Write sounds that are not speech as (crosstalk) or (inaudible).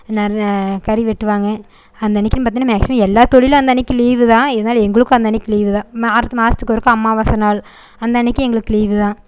கறி வெட்டுவாங்க அந்த அன்றைக்கின்னு பார்த்திங்கன்னா மேக்சிமம் எல்லா தொழிலும் அந்த அன்றைக்கி லீவு தான் இருந்தாலும் எங்களுக்கும் அந்த அன்றைக்கி லீவு தான் (unintelligible) மாதத்துக்கு ஒருக்கா அமாவாசை நாள் அந்த அன்றைக்கி எங்களுக்கு லீவு தான்